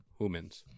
Humans